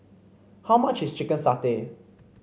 how much is Chicken Satay